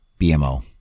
BMO